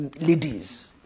ladies